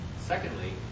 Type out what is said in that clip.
secondly